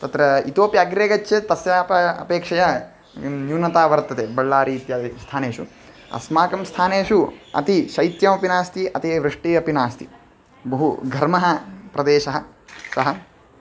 तत्र इतोपि अग्रे गच्छेत् तस्याः अप अपेक्षया न्यूनता वर्तते बळ्ळारी इत्यादिस्थानेषु अस्माकं स्थानेषु अतिशैत्यमपि नास्ति अतिवृष्टिः अपि नास्ति बहुघर्मः प्रदेशः सः